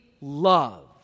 love